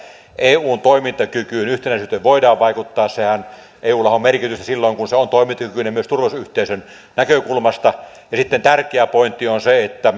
eun toimintakykyyn ja yhtenäisyyteen voidaan vaikuttaa eullahan on merkitystä silloin kun se on toimintakykyinen myös turvallisuusyhteisön näkökulmasta ja sitten tärkeä pointti on se että